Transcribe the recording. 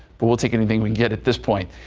but we'll take anything we get at this point.